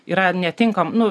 yra netinkam nu